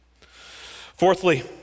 Fourthly